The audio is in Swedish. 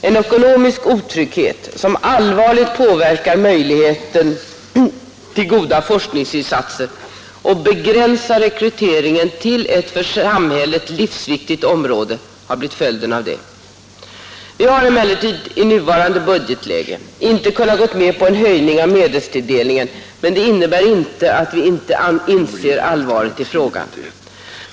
En ekonomisk otrygghet som allvarligt påverkar möjligheten till goda forskarinsatser och begränsar rekryteringen till ett för samhället livsviktigt område har blivit följden därav. Vi har emellertid i nuvarande budgetläge inte kunnat gå med på en höjning av medelstilldelningen, men detta innebär inte att vi inte inser allvaret i frågan.